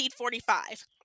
1845